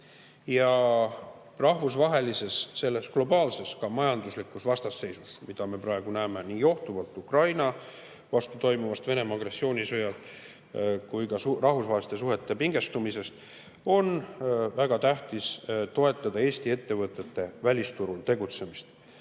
rahvusvahelises, globaalses majanduslikus vastasseisus, mida me praegu näeme nii johtuvalt Ukraina vastu toimuvast Venemaa agressioonisõjast kui ka rahvusvaheliste suhete pingestumisest, on väga tähtis toetada Eesti ettevõtete välisturul tegutsemist.